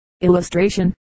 illustration